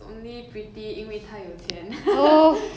一点点对 lah not wrong